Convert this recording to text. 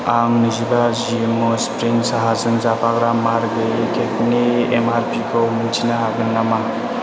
आं नैजिबा जिएम स्प्रिं साहाजों जाफाग्रा मार गैयै केकनि एमआरपिखौ मिथिनो हागोन नामा